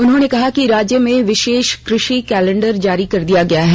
उन्होंने कहा कि राज्य में विशेष कृषि कैलेंडर जारी कर दिया गया है